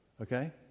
okay